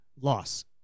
loss